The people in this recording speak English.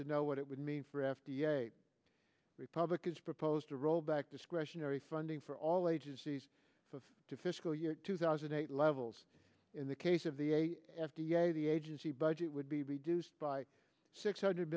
to know what it would mean for f d a republicans proposed to roll back discretionary funding for all agencies of to fiscal year two thousand and eight levels in the case of the a f d a the agency budget would be reduced by six hundred